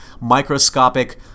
microscopic